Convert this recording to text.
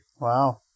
Wow